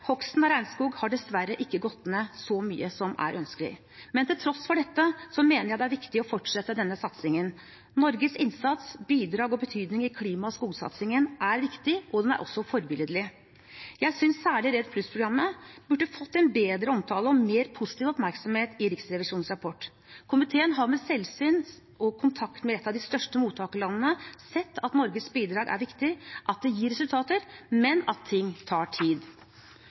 Hogsten av regnskog har dessverre ikke gått ned så mye som ønskelig. Men til tross for dette mener jeg det er viktig å fortsette denne satsingen. Norges innsats, bidrag og betydning i klima- og skogsatsingen er viktig, og den er også forbilledlig. Jeg synes særlig REDD+-programmet burde fått en bedre omtale og mer positiv oppmerksomhet i Riksrevisjonens rapport. Komiteen har ved selvsyn og kontakt med et av de største mottakerlandene sett at Norges bidrag er viktig, og at det gir resultater, men at ting tar tid.